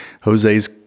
Jose's